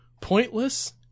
pointless